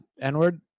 n-word